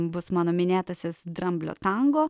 bus mano minėtasis dramblio tango